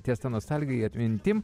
ties ta nostalgija atmintim